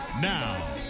Now